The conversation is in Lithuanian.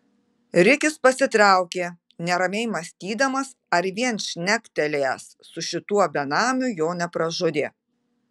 rikis pasitraukė neramiai mąstydamas ar vien šnektelėjęs su šituo benamiu jo nepražudė